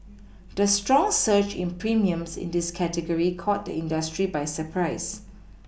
the strong surge in premiums in this category caught the industry by surprise